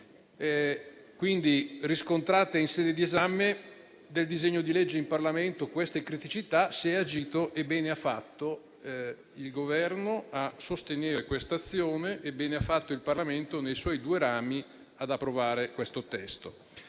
Riscontrate dunque in sede di esame del disegno di legge in Parlamento queste criticità, si è agito. Bene ha fatto il Governo a sostenere quest'azione e bene ha fatto il Parlamento, nei suoi due rami, ad approvare tale testo.